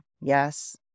Yes